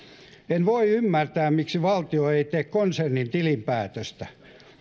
en voi ymmärtää miksi valtio ei tee konsernin tilinpäätöstä